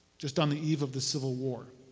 just on the eve of the civil war.